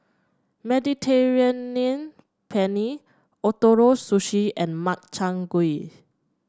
Mediterranean Penne Ootoro Sushi and Makchang Gui